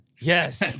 Yes